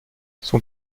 son